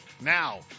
now